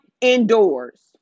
indoors